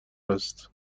است